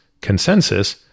consensus